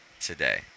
today